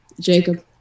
Jacob